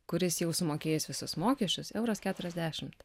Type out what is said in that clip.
kuris jau sumokėjus visus mokesčius euras keturiasdešimt